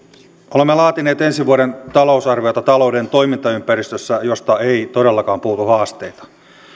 olemme laatineet ensi vuoden talousarviota talouden toimintaympäristössä josta ei todellakaan puutu haasteita